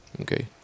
Okay